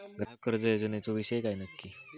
ग्राहक कर्ज योजनेचो विषय काय नक्की?